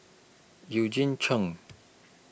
Eugene Chen